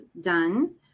done